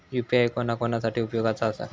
UPI कोणा कोणा साठी उपयोगाचा आसा?